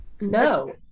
No